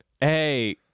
Hey